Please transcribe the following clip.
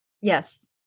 Yes